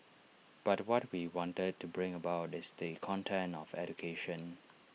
but what we wanted to bring about is the content of education